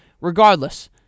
regardless